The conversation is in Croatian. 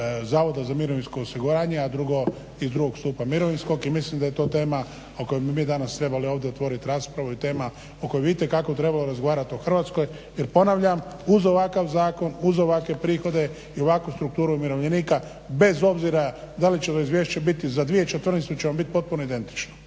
Zavoda za mirovinsko osiguranje, a drugo iz drugog stupa mirovinskog. I mislim da je to tema o kojoj bi mi danas trebali ovdje otvoriti raspravu i tema o kojoj bi itekako trebalo razgovarati u Hrvatskoj. Jer ponavljam uz ovakav zakon, uz ovakve prihode i ovakvu strukturu umirovljenika bez obzira da li će ovo izvješće biti za 2014. ono će biti potpuno identično.